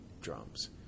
drums